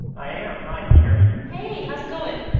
i am. hi. can you hear me? hey. how's it going?